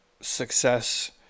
success